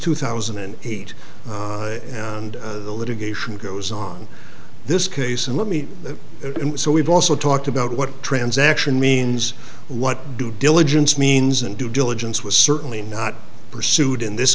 two thousand and eight and the litigation goes on this case and let me so we've also talked about what transaction means what do diligence means and due diligence was certainly not pursued in this